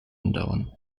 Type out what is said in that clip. andauern